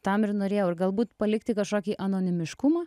tam ir norėjau ir galbūt palikti kažkokį anonimiškumą